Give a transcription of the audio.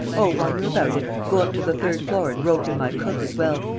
oh, while you're about it, go up to the third floor and rope in my cook as well.